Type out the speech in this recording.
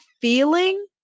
feeling